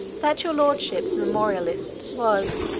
that your lordships' memorialist was,